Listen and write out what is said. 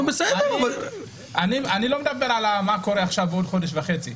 אני לא מדבר על מה קורה בעוד חודש וחצי.